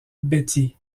betty